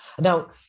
now